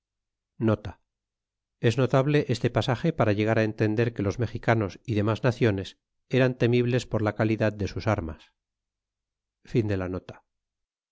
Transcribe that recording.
es notable este pasage para llegar entender que los mexicanos y demas naciones eran temibles por la calidad de sus armas